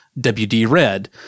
WD-RED